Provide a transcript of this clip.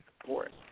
support